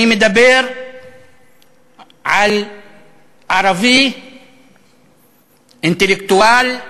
אני מדבר על ערבי אינטלקטואל,